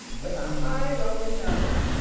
with a high roman nose,